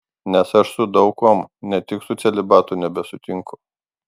nes aš su daug kuom ne tik su celibatu nebesutinku